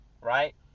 Right